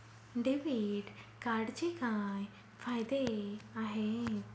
Debit कार्डचे काय फायदे आहेत?